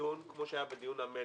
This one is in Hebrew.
דיון כמו שהיה שבדיון המלט,